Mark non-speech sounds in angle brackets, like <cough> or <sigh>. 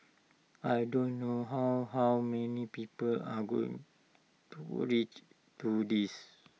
I do not know how how many people are going to <unintelligible> to this